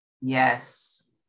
yes